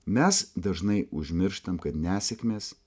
mes dažnai užmirštam kad nesėkmės